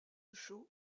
chaux